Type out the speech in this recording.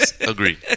Agree